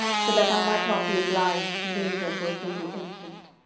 so that i might not be obliged to leave her for a single instant.